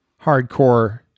hardcore